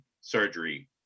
surgery